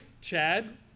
Chad